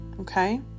Okay